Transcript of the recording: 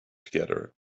together